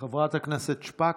חברת הכנסת שפק,